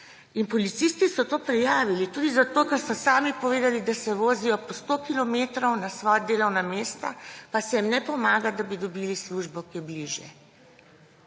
In policisti so to prijavili tudi zato, ker so sami povedali, da se vozijo po 100 kilometrov na svoja delovna mesta, pa se jim ne pomaga, da bi dobili službo kje bližje.